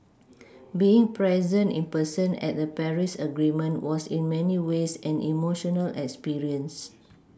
being present in person at the Paris agreement was in many ways an emotional experience